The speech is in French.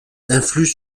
influent